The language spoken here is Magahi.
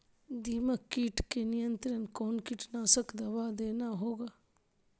दीमक किट के नियंत्रण कौन कीटनाशक दवा देना होगा?